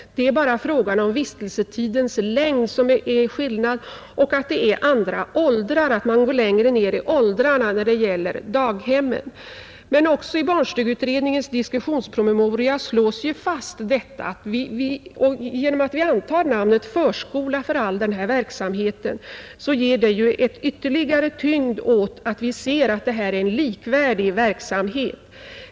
Skillnaden ligger bara i vistelsetidens längd och att man går längre ned i åldrarna när det gäller daghemmen. Men också i barnstugeutredningens diskussionspromemoria slås detta fast, och att vi föreslår benämningen ”förskola” för all denna verksamhet ger ytterligare tyngd åt att vi ser detta som en likvärdig verksamhet.